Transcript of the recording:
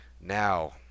Now